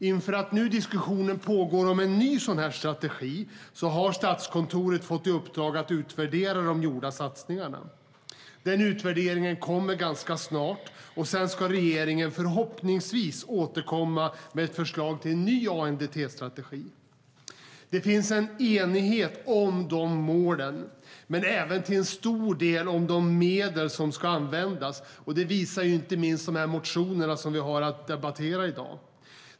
Inför diskussionen om en ny strategi har Statskontoret fått i uppdrag att utvärdera de gjorda satsningarna. Den utvärderingen kommer ganska snart, och sedan ska regeringen förhoppningsvis återkomma med ett förslag till ny ANDT-strategi. Det finns en enighet om målen men även till stor del om de medel som ska användas. Det visar inte minst de motioner som vi har att debattera i dag.